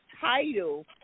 title